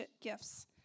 gifts